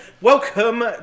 welcome